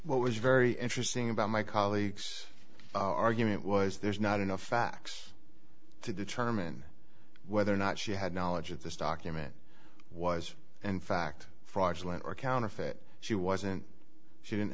what was very interesting about my colleague's argument was there's not enough facts to determine whether or not she had knowledge of this document was in fact fraudulent or counterfeit she wasn't she didn't